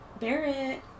Barrett